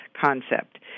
concept